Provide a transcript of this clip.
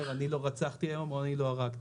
אני לא רצחתי היום או אני לא הרגתי.